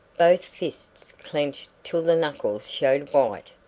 both fists clenched till the knuckles showed white.